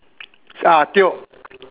ah tio